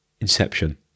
Inception